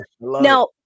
Now